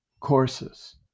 courses